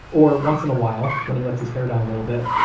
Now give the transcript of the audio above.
or, once in a while, when he lets his hair down a little bit,